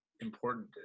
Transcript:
important